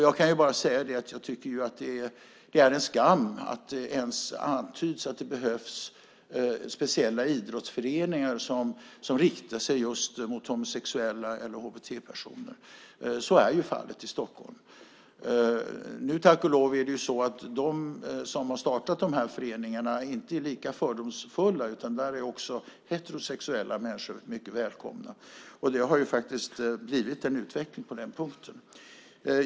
Jag kan bara säga att jag tycker att det är en skam att det ens antyds att det behövs speciella idrottsföreningar som riktar sig till just homosexuella eller HBT-personer. Så är fallet i Stockholm. Tack och lov är inte de som har startat de föreningarna lika fördomsfulla, så där är också heterosexuella människor mycket välkomna. Det har faktiskt blivit en utveckling på den punkten.